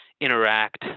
interact